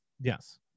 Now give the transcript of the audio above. Yes